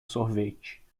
sorvete